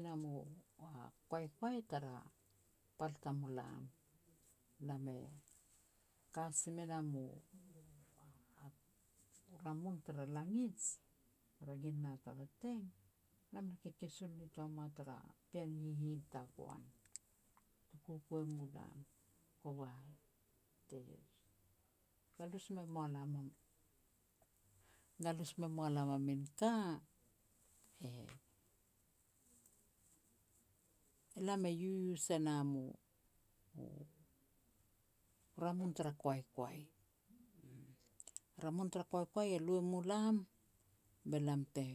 nam u a koaikoai tara pal tamulam. Lam e ka si me nam u ramun tara langij, ragin na tara teng, lam e kekesul nitoa mua tara pean hihin tagoan, te kukuei mulam. Kova te galus me mua lam a, galus me mua lam a min ka, e-elam e yuyus e nam u-u ramun tara koaikoai um. Ramun tara koaikoai e lu e mu lam be lam te